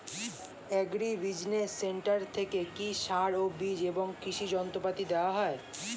Agri business centre থেকে কি সার ও বিজ এবং কৃষি যন্ত্র পাতি দেওয়া হয়?